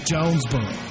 Jonesboro